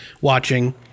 watching